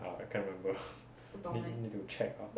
!aiya! I can't remember need need to check lah